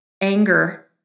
anger